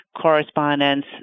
correspondence